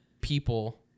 people